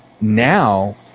Now